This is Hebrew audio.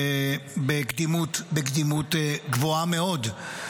בקדימות גבוהה מאוד.